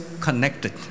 connected